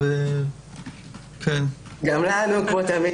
גם לנו, כמו תמיד.